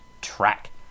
track